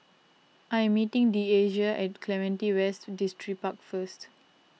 I am meeting Deasia at Clementi West Distripark first